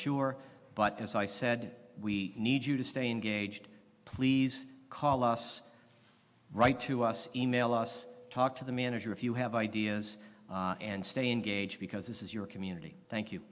sure but as i said we need you to stay engaged please call us right to us e mail us talk to the manager if you have ideas and stay engaged because this is your community thank you